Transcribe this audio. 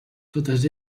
totes